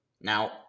Now